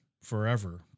forever